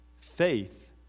faith